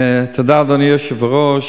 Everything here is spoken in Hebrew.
תודה, אדוני היושב-ראש.